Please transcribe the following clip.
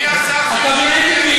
הקבינט החליט